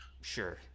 Sure